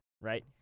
right